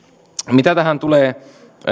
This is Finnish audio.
mitä tulee